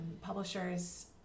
publishers